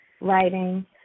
writing